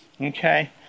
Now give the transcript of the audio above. Okay